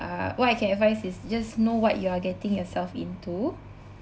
uh what I can advise is just know what you are getting yourself into